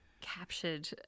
captured